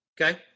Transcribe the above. Okay